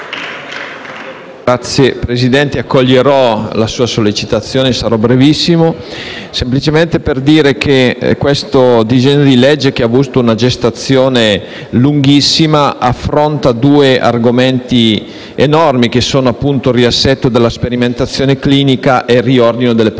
Signor Presidente, accoglierò la sua sollecitazione e sarò brevissimo. Voglio dire semplicemente che questo disegno di legge, che ha avuto una gestazione lunghissima, affronta due argomenti enormi che sono, appunto, il riassetto della sperimentazione clinica e il riordino delle professioni